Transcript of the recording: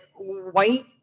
white